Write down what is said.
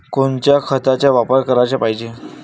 कोनच्या खताचा वापर कराच पायजे?